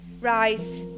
Rise